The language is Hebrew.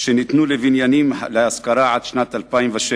קריאה ראשונה.